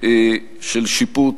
של שיפוט